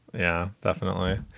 yeah, definitely.